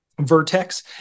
Vertex